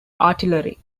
artillery